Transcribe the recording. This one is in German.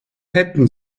hätten